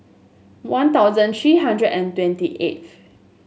One Thousand three hundred and twenty eighth